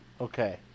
Okay